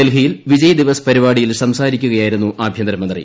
ഡൽഹിയിൽ വിജയ് ദിവസ് പരിപാടിയിൽ സംസാരിക്കുകയാ യിരുന്നു ആഭ്യന്തരമന്ത്രി